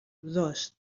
dos